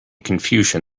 confusion